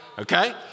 Okay